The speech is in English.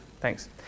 Thanks